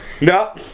No